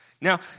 Now